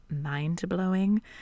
mind-blowing